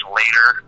later